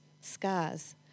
scars